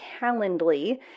Calendly